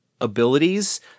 abilities